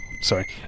sorry